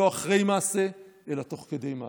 לא אחרי מעשה אלא תוך כדי מעשה.